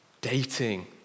dating